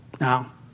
Now